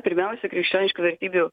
pirmiausia krikščioniškų vertybių